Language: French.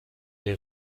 les